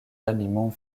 aliments